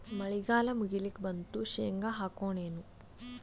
ಮಳಿಗಾಲ ಮುಗಿಲಿಕ್ ಬಂತು, ಶೇಂಗಾ ಹಾಕೋಣ ಏನು?